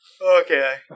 Okay